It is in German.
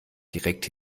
direkt